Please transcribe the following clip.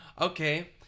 Okay